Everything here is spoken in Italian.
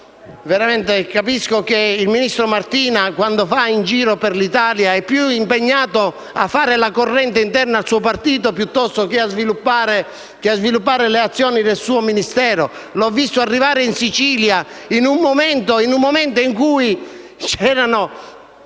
Capisco che il ministro Martina quando va in giro per l'Italia è più impegnato a occuparsi della corrente interna al suo partito che a sviluppare le azioni del suo Ministero. L'ho visto arrivare in Sicilia in un momento in cui c'erano